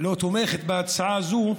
לא תומכת בהצעה הזאת,